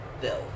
Bill